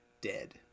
dead